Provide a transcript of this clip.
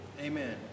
Amen